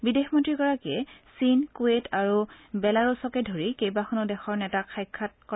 বিদেশ মন্ত্ৰীগৰাকীয়ে চীন কুৱেইট আৰু বেলাৰোচকে ধৰি কেইবাখনো দেশৰ নেতাক সাক্ষাৎ কৰে